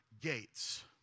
gates